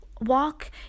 walk